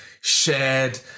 shared